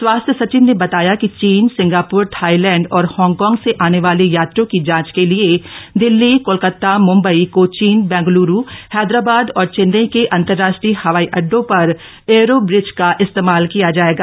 स्वास्थ्य सचिव ने बताया कि चीन सिंगापुर थाइलैंड और हांगकांग से आने वाले यात्रियों की जांच के लिए दिल्ली कोलकाता मुम्बई कोचीन बेंगलुरू हैदराबाद और चेन्नई के अंतरराष्ट्रीय हवाई अड्डो पर एयरो ब्रिज का इस्तेमाल किया जाएगा